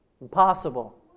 Impossible